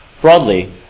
Broadly